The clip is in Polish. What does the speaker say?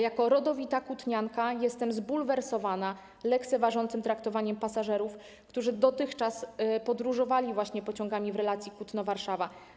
Jako rodowita kutnianka jestem zbulwersowana lekceważącym traktowaniem pasażerów, którzy dotychczas podróżowali właśnie pociągami relacji Kutno - Warszawa.